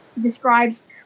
describes